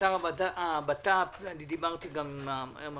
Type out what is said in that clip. השר לביטחון פנים, דיברתי גם עם המפכ"ל.